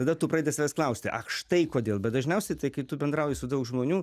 tada tu pradedi savęs klausti ak štai kodėl bet dažniausiai tai kai tu bendrauji su daug žmonių